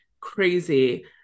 crazy